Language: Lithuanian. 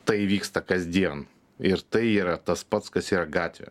tai vyksta kasdien ir tai yra tas pats kas yra gatvė